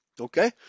Okay